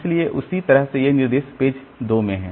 इसलिए उसी तरह से ये निर्देश पेज 2 में हैं